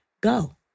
Go